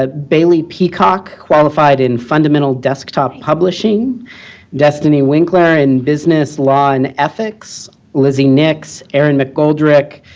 ah bailey peacock qualified in fundamental desktop publishing destiny winkler in business, law, and ethics lizzy nicks, erin mcgoldrick,